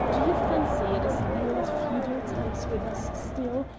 do you fancy it is the old feudal times with us still,